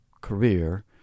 career